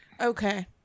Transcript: Okay